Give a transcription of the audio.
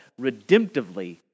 redemptively